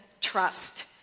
trust